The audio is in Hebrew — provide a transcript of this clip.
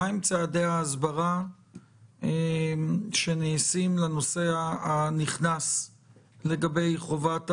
מה הם צעדי ההסברה שנעשים לנוסע הנכנס לגבי חובת הבידוד,